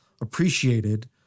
appreciated